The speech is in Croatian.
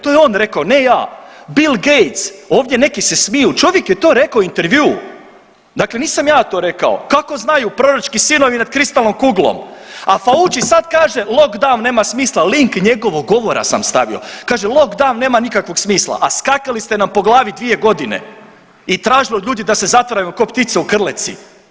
To je on rekao ne ja, Bill Gates, ovdje neki se smiju, čovjek je to rekao u intervjuu, dakle nisam ja to rekao, kako znaju proročki sinovi nad kristalnom kuglom, a Fauci sad kaže lockdown nema smisla, link njegovog govora sam stavio, kaže lockdown nema nikakvog smisla, a skakali ste nam po glavi 2.g. i tražili od ljudi da se zatvaraju ko ptice u krletci.